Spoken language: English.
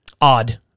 Odd